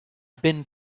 been